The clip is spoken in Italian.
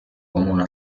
una